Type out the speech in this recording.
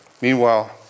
Meanwhile